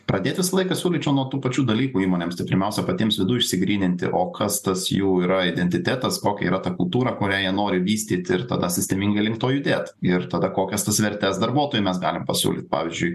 pradėt visą laiką siūlyčiau nuo tų pačių dalykų įmonėms tai pirmiausia patiems viduj išsigryninti o kas tas jų yra identitetas kokia yra ta kultūra kurią jie nori vystyt ir tada sistemingai link to judėt ir tada kokias tas vertes darbuotojui mes galim pasiūlyt pavyzdžiui